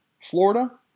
Florida